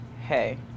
hey